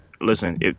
Listen